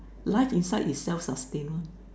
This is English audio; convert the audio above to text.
life inside is self sustain one